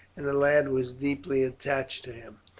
and the lad was deeply attached to him.